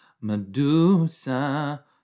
Medusa